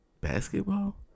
Basketball